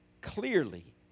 clearly